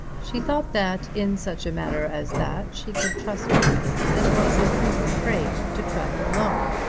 she thought that in such a matter as that she could trust her maid, and was in truth afraid to travel alone.